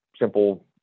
simple